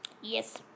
Yes